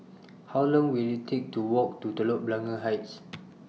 How Long Will IT Take to Walk to Telok Blangah Heights